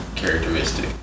Characteristic